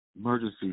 emergency